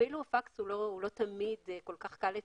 אפילו הפקס לא תמיד כל כך לתפעול.